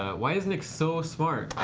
ah why is nick so smart?